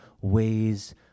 ways